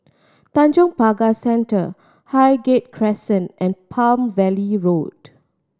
Tanjong Pagar Centre Highgate Crescent and Palm Valley Road